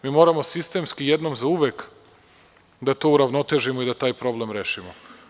Mi moramo sistemski jednom za uvek da to uravnotežimo i da taj problem rešimo.